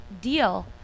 deal